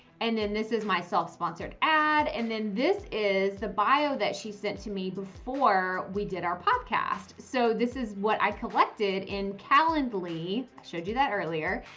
and then this is myself sponsored ad. and then this is the bio that she sent to me before we did our podcast. so this is what i've collected in calland lee showed you that earlier.